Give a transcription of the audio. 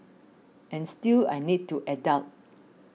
and still I need to adult